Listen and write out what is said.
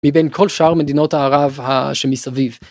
מבין כל שאר מדינות הערב ה.. שמסביב.